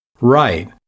Right